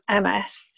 MS